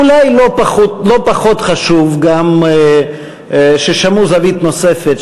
אולי לא פחות חשוב גם ששמעו זווית נוספת